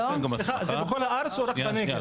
זה בכל הארץ או רק בנגב?